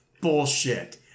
Bullshit